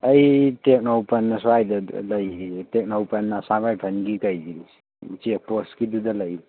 ꯑꯩ ꯇꯦꯡꯅꯧꯄꯜ ꯑꯁ꯭ꯋꯥꯏꯗ ꯂꯩꯔꯤꯌꯦ ꯇꯦꯡꯅꯧꯄꯜ ꯑꯁꯥꯝ ꯔꯥꯏꯐꯜꯒꯤ ꯀꯩꯒꯤ ꯆꯦꯛ ꯄꯣꯁꯀꯤꯗꯨꯗ ꯂꯩꯔꯤ